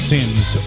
Sins